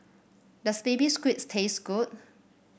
does Baby Squid taste good